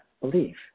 belief